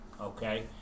Okay